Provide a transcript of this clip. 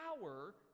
power